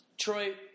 Troy